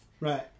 Right